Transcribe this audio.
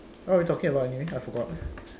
what were we talking about anyway I forgot